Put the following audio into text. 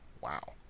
Wow